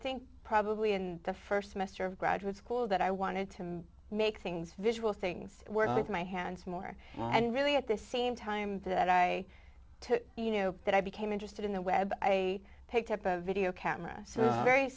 think probably in the st semester of graduate school that i wanted to make things visual things work with my hands more and really at the same time that i took you know that i became interested in the web i picked up a video camera so very